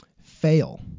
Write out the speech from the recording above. fail